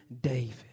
David